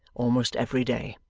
almost every day.